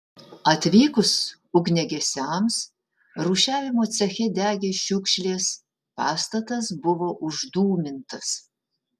atvykus ugniagesiams rūšiavimo ceche degė šiukšlės pastatas buvo uždūmintas